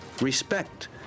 respect